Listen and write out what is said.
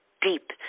deep